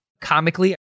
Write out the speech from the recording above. comically